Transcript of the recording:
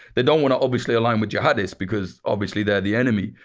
they don't want to obviously align with jihadis because obviously they're the enemy.